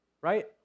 Right